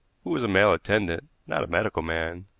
who was a male attendant, not a medical man,